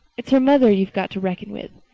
it's her mother you've got to reckon with.